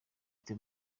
ite